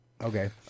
Okay